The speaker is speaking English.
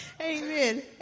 Amen